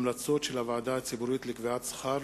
המלצות של הוועדה הציבורית לקביעת שכר